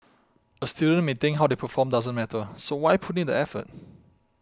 a student may think how they perform doesn't matter so why put in the effort